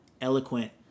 eloquent